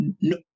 No